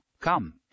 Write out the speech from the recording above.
Come